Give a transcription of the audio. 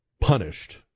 punished